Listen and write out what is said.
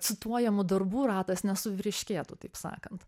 cituojamų darbų ratas nesuvyriškėtų taip sakant